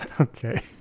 Okay